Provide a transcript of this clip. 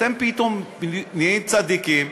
אתם פתאום נהיים צדיקים,